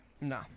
No